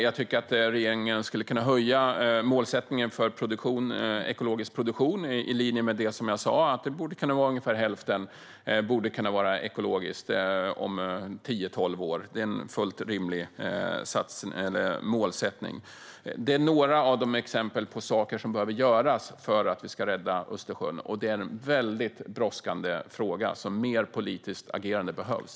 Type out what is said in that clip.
Jag tycker att regeringen skulle kunna höja målsättningen för ekologisk produktion i linje med det som jag sa, att ungefär hälften borde kunna vara ekologiskt om tio tolv år. Det är en fullt rimlig målsättning. Detta är några exempel på saker som behöver göras för att vi ska rädda Östersjön. Det är en väldigt brådskande fråga. Mer politiskt agerande behövs.